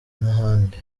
n’ahandi